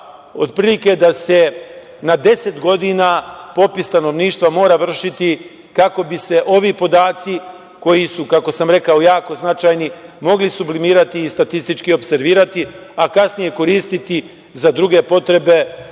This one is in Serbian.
otprilike da se na 10 godina popis stanovništva mora vršiti kako bi se ovi podaci, koji su, kako sam rekao, jako značajni, mogli sublimirati i statistički opservirati, a kasnije koristiti za druge potrebe